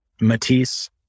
Matisse